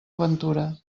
aventura